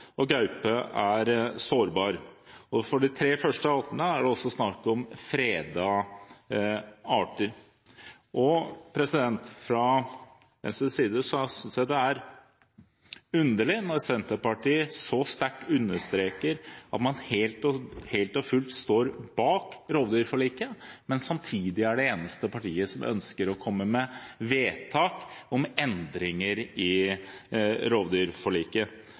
og gaupe er sårbar. For de tre første artene er det også snakk om fredede arter. Fra Venstres side synes jeg det er underlig når Senterpartiet så sterkt understreker at man helt og fullt står bak rovdyrforliket, men samtidig er det eneste partiet som ønsker å komme med vedtak om endringer i rovdyrforliket.